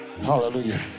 Hallelujah